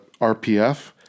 RPF